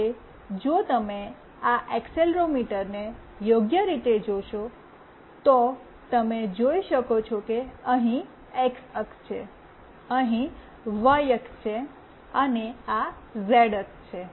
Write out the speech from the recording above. હવે જો તમે આ એક્સેલરોમીટરને યોગ્ય રીતે જોશો તો તમે જોઈ શકો છો કે અહીં એક્સ અક્ષ છે અહીં વાય અક્ષ છે અને આ ઝેડ અક્ષ છે